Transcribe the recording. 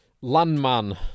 Landman